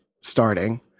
starting